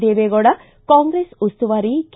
Deve Gowda Congress ಉಸ್ತುವಾರಿ K